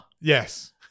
Yes